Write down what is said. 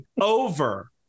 over